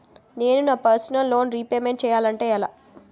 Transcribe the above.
నేను నా personal loan repayment చేయాలంటే ఎలా?